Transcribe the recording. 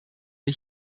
wir